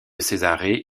césarée